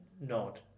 nod